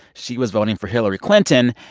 she was voting for hillary clinton.